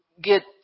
get